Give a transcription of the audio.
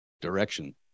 direction